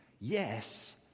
Yes